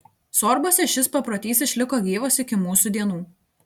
sorbuose šis paprotys išliko gyvas iki mūsų dienų